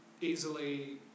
easily